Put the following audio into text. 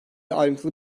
ayrıntılı